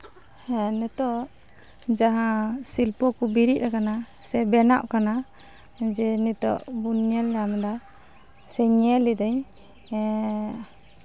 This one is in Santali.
ᱦᱮᱸ ᱱᱤᱛᱚᱜ ᱡᱟᱦᱟᱸ ᱥᱤᱞᱯᱚ ᱠᱚ ᱵᱮᱨᱮᱫ ᱟᱠᱟᱱᱟ ᱥᱮ ᱵᱮᱱᱟᱜ ᱠᱟᱱᱟ ᱡᱮ ᱱᱤᱛᱚᱜ ᱵᱚᱱ ᱧᱮᱞ ᱧᱟᱢᱫᱟ ᱥᱮ ᱧᱮᱞ ᱮᱫᱟᱹᱧ